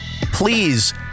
Please